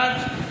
בעד,